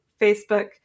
Facebook